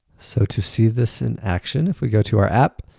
so to see this in action, if we go to our app,